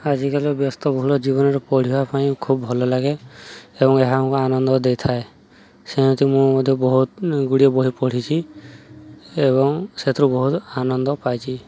ଆଜିକାଲି ବ୍ୟସ୍ତବହୁଳ ଜୀବନରେ ପଢ଼ିବା ପାଇଁ ଖୁବ୍ ଭଲ ଲାଗେ ଏବଂ ଏହାକୁ ଆନନ୍ଦ ଦେଇଥାଏ ସେମିତି ମୁଁ ମଧ୍ୟ ବହୁତ ଗୁଡ଼ିଏ ବହି ପଢ଼ିଛିି ଏବଂ ସେଥିରୁ ବହୁତ ଆନନ୍ଦ ପାଇଛିି